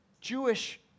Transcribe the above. Jewish